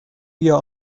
بیا